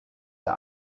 der